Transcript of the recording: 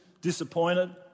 disappointed